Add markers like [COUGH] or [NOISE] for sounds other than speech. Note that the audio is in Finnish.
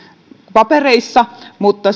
papereissa mutta [UNINTELLIGIBLE]